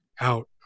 out